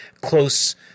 close